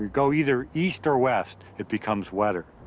go either east or west it becomes wetter.